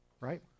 Right